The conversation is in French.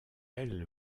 elle